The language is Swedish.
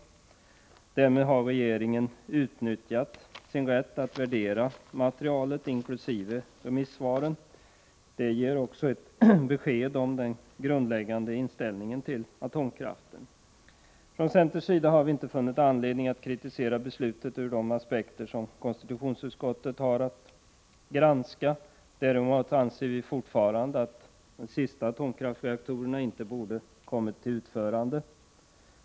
Därmed har regeringen utnyttjat sin rätt att värdera materialet inkl. remissvaren. Det ger också besked om den grundläggande inställningen till atomkraften. Från centerns sida har vi inte funnit anledning att kritisera beslutet ur de aspekter som konstitutionsutskottet har att anlägga vid sin granskning. Däremot anser vi fortfarande att de sista atomkraftreaktorerna inte borde ha kommit till utförande.